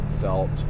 felt